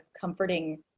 comforting